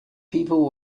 people